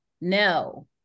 no